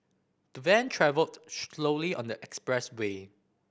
the van travelled slowly on the expressway